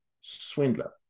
swindler